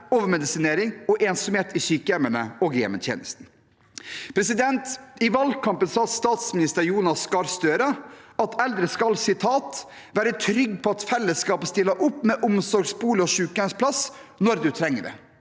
overmedisinering og ensomhet i sykehjemmene og i hjemmetjenesten. I valgkampen sa statsminister Jonas Gahr Støre at eldre skal «være trygg på at fellesskapet stiller opp med omsorgsbolig eller sykehjemsplass når du trenger det».